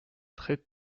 très